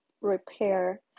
repair